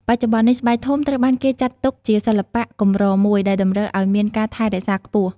បច្ចុប្បន្ននេះ ស្បែកធំត្រូវបានគេចាត់ទុកជាសិល្បៈកម្រមួយ ដែលតម្រូវឱ្យមានការថែរក្សាខ្ពស់។